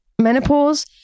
menopause